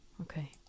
Okay